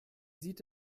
sieht